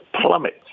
Plummet